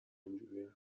اینجورین